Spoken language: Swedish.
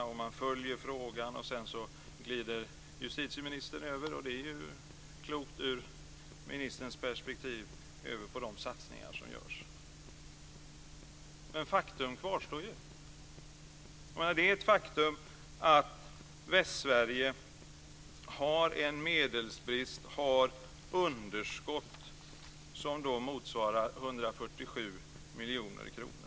Han säger att man följer frågan, och sedan glider han över - och det är ju klokt i ministerns perspektiv - till de satsningar som görs. Men faktum kvarstår. Det är ett faktum att Västsverige har en medelsbrist och underskott som motsvarar 147 miljoner kronor.